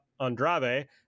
Andrade